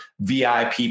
VIP